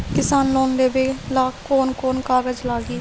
किसान लोन लेबे ला कौन कौन कागज लागि?